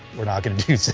we're not going to